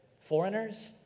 foreigners